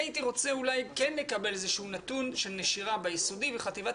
אני הייתי רוצה אולי כן לקבל איזשהו נתון של נשירה ביסודי וחטיבת